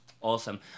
Awesome